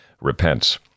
repents